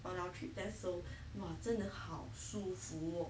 on our trip vessel !wah! 真的好舒服喔